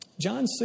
John